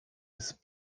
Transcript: ist